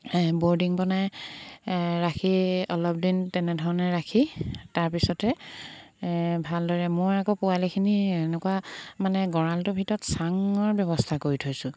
boarding বনাই ৰাখি অলপ দিন তেনেধৰণে ৰাখি তাৰপিছতে ভালদৰে মই আকৌ পোৱালিখিনি এনেকুৱা মানে গঁৰালটোৰ ভিতৰত চাঙৰ ব্যৱস্থা কৰি থৈছোঁ